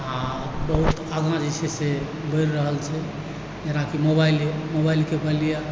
आओर बहुत आगा जे छै से बढ़ि रहल छै जेना कि मोबाइले मोबाइलकेँ मानि लिअ